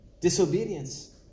Disobedience